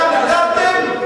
שם גרתם,